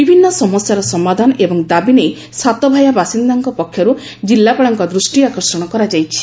ବିଭିନ୍ନ ସମସ୍ୟାର ସମାଧାନ ଏବଂ ଦାବି ନେଇ ସାତଭାୟା ବାସିନ୍ଦାଙ୍କ ପକ୍ଷରୁ କିଲ୍ଲାପାଳଙ୍କ ଦୃଷ୍କି ଆକର୍ଷଣ କରାଯାଇଛି